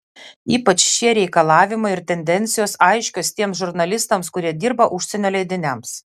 ypač šie reikalavimai ir tendencijos aiškios tiems žurnalistams kurie dirba užsienio leidiniams